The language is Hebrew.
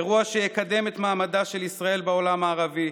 אירוע שיקדם את מעמדה של ישראל בעולם הערבי,